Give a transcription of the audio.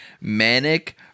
manic